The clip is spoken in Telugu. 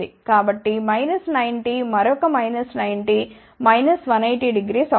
కాబట్టి 90 మరొక 90 1800 అవుతుంది